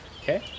Okay